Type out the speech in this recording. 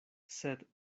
sed